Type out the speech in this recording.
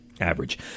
average